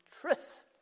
truth